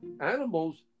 animals